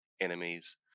enemies